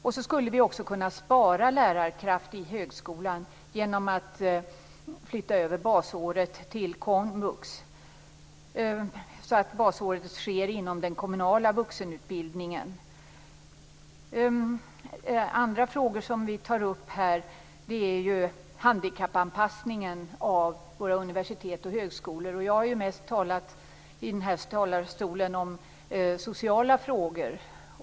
Vi skulle också kunna spara lärarkraft i högskolan genom att flytta över basåret till komvux så att basåret sker inom den kommunala vuxenutbildningen. Andra frågor som vi tar upp är handikappanpassningen av våra universitet och högskolor. Jag har i denna talarstol mest talat om sociala frågor.